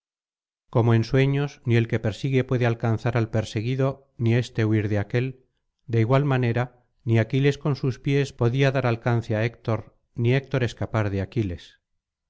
como en sueños ni el que persigue puede alcanzar al perseguido ni éste huir de aquél de igual manera ni aquiles con sus pies podía dar alcance á héctor ni héctor escapar de aquiles